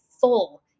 full